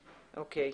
אוקיי.